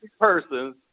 persons